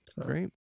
Great